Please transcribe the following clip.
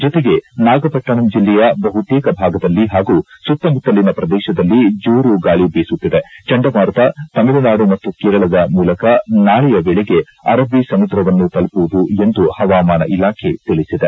ಜೊತೆಗೆ ನಾಗಪಟ್ಟಣಂ ಜಿಲ್ಲೆಯ ಬಹುತೇಕ ಭಾಗದಲ್ಲಿ ಹಾಗೂ ಸುತ್ತಮುತ್ತಲಿನ ಪ್ರದೇಶದಲ್ಲಿ ಜೋರು ಗಾಳಿ ಬೀಸುತ್ತಿದೆ ಚಂಡಮಾರುತ ತಮಿಳುನಾಡು ಮತ್ತು ಕೇರಳದ ಮೂಲಕ ನಾಳೆಯ ವೇಳೆಗೆ ಅರಬ್ಲಿ ಸಮುದ್ರವನ್ನು ತಲುಪುವುದು ಎಂದು ಹವಾಮಾನ ಇಲಾಖೆ ತಿಳಿಸಿದೆ